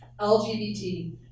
LGBT